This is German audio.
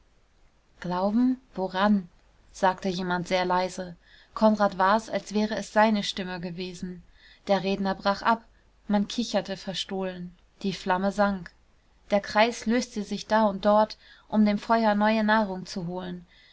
glauben woran sagte jemand sehr leise konrad war's als wäre es seine stimme gewesen der redner brach ab man kicherte verstohlen die flamme sank der kreis löste sich da und dort um dem feuer neue nahrung zu holen